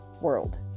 world